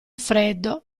freddo